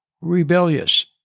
rebellious